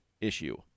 issue